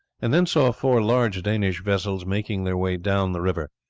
and then saw four large danish vessels making their way down the river.